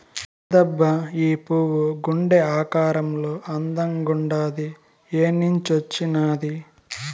ఏందబ్బా ఈ పువ్వు గుండె ఆకారంలో అందంగుండాది ఏన్నించొచ్చినాది